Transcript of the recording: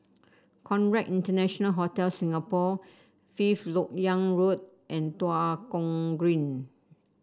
Conrad International Hotel Singapore Fifth LoK Yang Road and Tua Kong Green